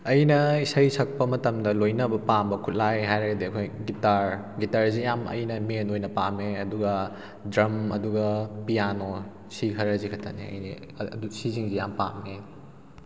ꯑꯩꯅ ꯏꯁꯩ ꯁꯛꯄ ꯃꯇꯝꯗ ꯂꯣꯏꯅꯕ ꯄꯥꯝꯕ ꯈꯨꯠꯂꯥꯏ ꯍꯥꯏꯔꯒꯗꯤ ꯑꯩꯈꯣꯏ ꯒꯤꯇꯥꯔ ꯒꯤꯇꯥꯔꯁꯤ ꯌꯥꯝ ꯑꯩꯅ ꯃꯦꯟ ꯑꯣꯏꯅ ꯄꯥꯝꯃꯦ ꯑꯗꯨꯒ ꯗ꯭ꯔꯝ ꯑꯗꯨꯒ ꯄꯤꯌꯥꯅꯣ ꯁꯤ ꯈꯔꯁꯤ ꯈꯛꯇꯅꯦ ꯁꯤꯁꯤꯡꯁꯦ ꯌꯥꯝ ꯄꯥꯝꯃꯦ